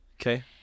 Okay